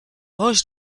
roche